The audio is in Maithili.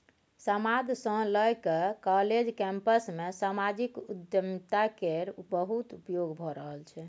समाद सँ लए कए काँलेज कैंपस मे समाजिक उद्यमिता केर बहुत उपयोग भए रहल छै